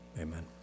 amen